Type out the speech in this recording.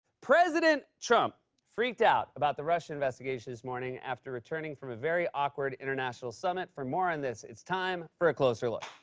president trump freaked out about the russia investigation this morning after returning from a very awkward international summit. for more on this, it's time for a closer look.